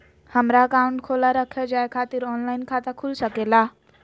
हमारा अकाउंट खोला रखा जाए खातिर ऑनलाइन खाता खुल सके ला?